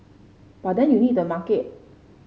but then you need the market